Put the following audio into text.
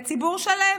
לציבור שלם.